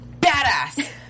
badass